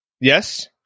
Yes